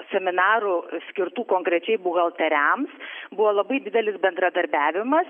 seminarų skirtų konkrečiai buhalteriams buvo labai didelis bendradarbiavimas